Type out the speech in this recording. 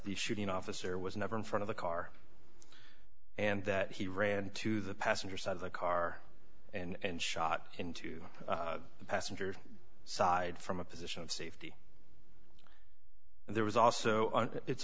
the shooting officer was never in front of the car and that he ran to the passenger side of the car and shot into the passenger side from a position of safety and there was also it's